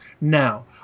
now